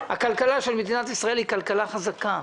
הכלכלה של מדינת ישראל היא כלכלה חזקה.